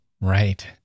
right